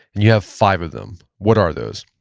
you have five of them, what are those?